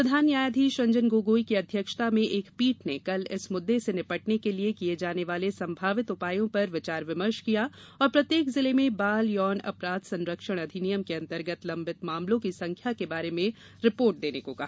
प्रधान न्यायाधीश रंजन गोगोई की अध्यक्षता में एक पीठ ने कल इस मुद्दे से निपटने के लिए किए जाने वाले संभावित उपायों पर विचार विमर्श किया और प्रत्येक जिले में बाल यौन अपराध संरक्षण अधिनियम के अंतर्गत लंबित मामलों की संख्या के बारे में रिपोर्ट देने को कहा